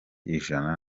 ijana